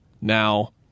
Now